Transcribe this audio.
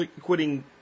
quitting